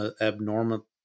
abnormal